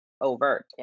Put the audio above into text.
overt